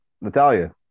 Natalia